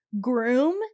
groom